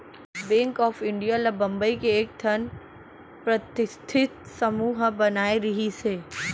bank of India ल बंबई के एकठन परस्ठित समूह ह बनाए रिहिस हे